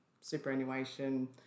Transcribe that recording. superannuation